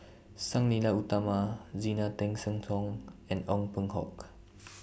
Sang Nila Utama Zena Tessensohn Tong and Ong Peng Hock